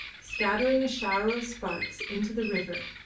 scattering a shower of sparks into the river,